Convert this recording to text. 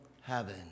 heaven